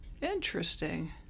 Interesting